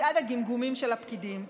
מצעד הגמגומים של הפקידים.